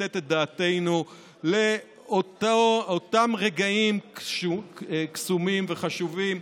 לתת את דעתנו על אותם רגעים קסומים וחשובים.